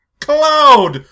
cloud